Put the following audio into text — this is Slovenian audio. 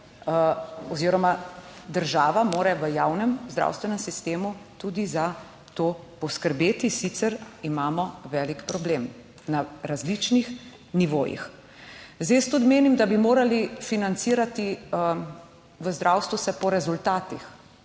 oziroma država mora v javnem zdravstvenem sistemu tudi za to poskrbeti, sicer imamo velik problem na različnih nivojih. Zdaj, jaz tudi menim, da bi morali financirati v zdravstvu se po rezultatih,